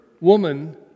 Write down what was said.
woman